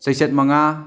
ꯆꯩꯆꯠ ꯃꯉꯥ